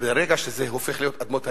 ברגע שזה הופך להיות אדמות הלאום,